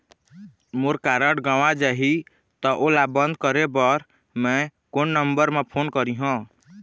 मोर card गंवा जाही त ओला बंद करें बर मैं कोन नंबर म फोन करिह?